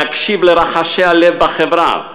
להקשיב לרחשי הלב בחברה,